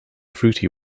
fruity